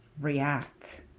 react